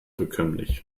bekömmlich